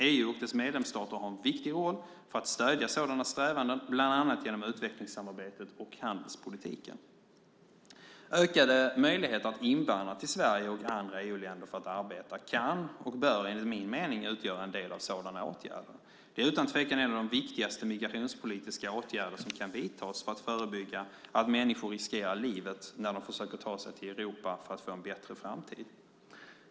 EU och dess medlemsstater har en viktig roll för att stödja sådana strävanden, bland annat genom utvecklingssamarbetet och handelspolitiken. Ökade möjligheter att invandra till Sverige och andra EU-länder för att arbeta kan och bör enligt min mening utgöra en del av sådana åtgärder. Det är utan tvekan en av de viktigaste migrationspolitiska åtgärder som kan vidtas för att förebygga att människor riskerar livet när de försöker ta sig till Europa för att få en bättre framtid.